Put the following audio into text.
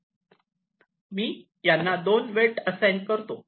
मी यांना 2 weight assign करतो